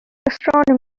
astronomical